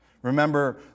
Remember